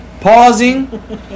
pausing